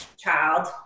child